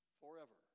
forever